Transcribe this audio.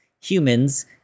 Humans